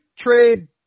trade